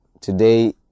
Today